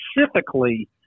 specifically